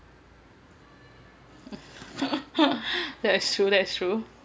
that is true that is true